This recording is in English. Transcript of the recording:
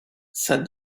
said